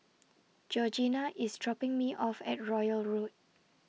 Georgina IS dropping Me off At Royal Road